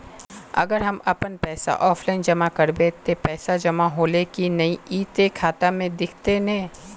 अगर हम अपन पैसा ऑफलाइन जमा करबे ते पैसा जमा होले की नय इ ते खाता में दिखते ने?